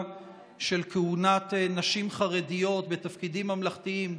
של כהונת נשים חרדיות בתפקידים ממלכתיים,